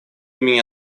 имени